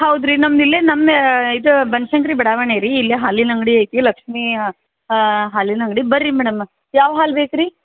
ಹೌದು ರೀ ನಮ್ದು ಇಲ್ಲೇ ನಮ್ದು ಇದು ಬನಶಂಕ್ರಿ ಬಡಾವಣೆ ರೀ ಇಲ್ಲೇ ಹಾಲಿನ ಅಂಗಡಿ ಐತಿ ಲಕ್ಷ್ಮೀ ಹಾಲಿನ ಅಂಗಡಿ ಬನ್ರಿ ಮೇಡಮ್ಮ ಯಾವ ಹಾಲು ಬೇಕು ರೀ